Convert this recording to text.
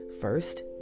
First